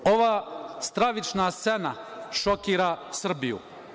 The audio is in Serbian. Ova stravična scena šokira Srbiju.